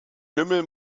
lümmel